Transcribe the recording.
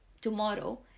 tomorrow